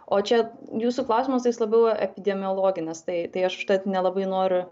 o čia jūsų klausimas tai jis labiau epidemiologinis tai tai aš tad nelabai noriu